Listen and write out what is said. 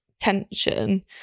Tension